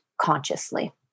consciously